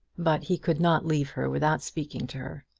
but he could not leave her without speaking to her.